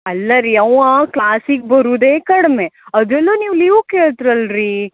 ಅಲ್ಲ ರೀ ಅವ ಕ್ಲಾಸಿಗೆ ಬರೋದೇ ಕಡಿಮೆ ಅದರಲ್ಲೂ ನೀವು ಲೀವ್ ಕೇಳ್ತಿರ ಅಲ್ರಿ